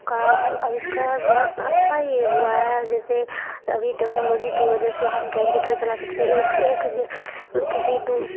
کا آوشکار بہت اچھا ہی ہوا ہے جیسے ابھی ٹیکنالوجی کی وجہ سے ہم کمپیوٹر چلا سکتے ایک ایک کسی دو